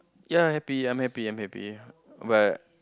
ya happy I'm happy I'm happy ya but